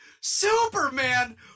Superman